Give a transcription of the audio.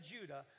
Judah